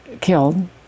killed